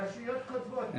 הרשויות כותבות.